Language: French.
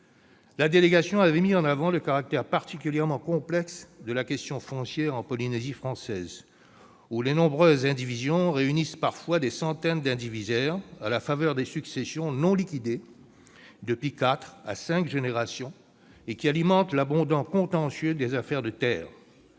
La délégation avait mis en avant le caractère particulièrement complexe de la question foncière en Polynésie française, où « les nombreuses indivisions réunissent parfois des centaines d'indivisaires à la faveur de successions non liquidées depuis quatre à cinq générations et alimentent l'abondant contentieux des " affaires de terre